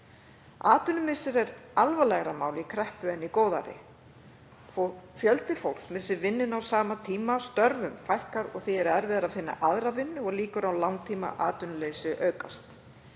Atvinnumissir er alvarlegra mál í kreppu en í góðæri. Fjöldi fólks missir vinnuna á sama tíma. Störfum fækkar og því er erfiðara að finna aðra vinnu og líkur á langtímaatvinnuleysi aukast.